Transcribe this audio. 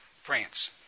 France